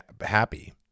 happy